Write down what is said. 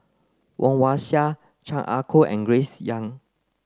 Woon Wah Siang Chan Ah Kow and Grace Young